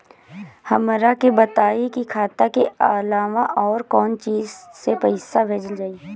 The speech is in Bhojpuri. हमरा के बताई की खाता के अलावा और कौन चीज से पइसा भेजल जाई?